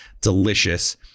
delicious